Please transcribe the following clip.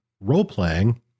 role-playing